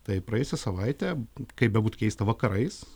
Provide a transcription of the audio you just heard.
tai praėjusią savaitę kaip bebūtų keista vakarais